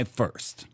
first